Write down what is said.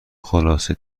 خلاصه